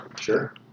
Sure